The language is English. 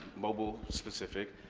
mobile specific,